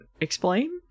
explain